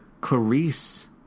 Clarice